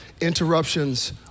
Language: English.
interruptions